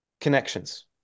connections